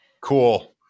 Cool